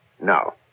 No